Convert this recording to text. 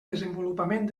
desenvolupament